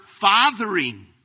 fathering